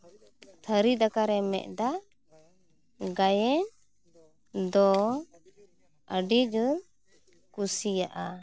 ᱛᱷᱟᱹᱨᱤ ᱫᱟᱠᱟ ᱨᱮ ᱢᱮᱫ ᱫᱟᱜ ᱜᱟᱭᱟᱱ ᱫᱚ ᱟᱹᱰᱤ ᱡᱳᱨ ᱠᱩᱥᱤᱭᱟᱜᱼᱟ